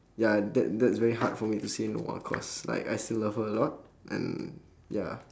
ya that's that's very hard for me to say no ah cause I still love her a lot and ya